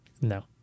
no